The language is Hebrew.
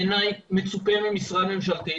בעיניי מצופה ממשרד ממשלתי,